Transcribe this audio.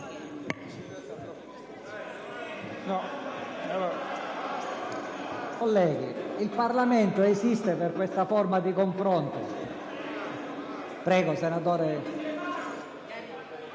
Colleghi, il Parlamento esiste per questa forma di confronto. È un dibattito.